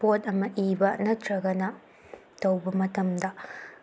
ꯄꯣꯠ ꯑꯃ ꯏꯕ ꯅꯠꯇ꯭ꯔꯒꯅ ꯇꯧꯕ ꯃꯇꯝꯗ